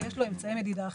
ויש לו אמצעי מדידה אחרים.